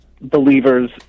believers